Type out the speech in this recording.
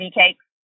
cakes